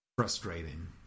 Frustrating